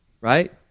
right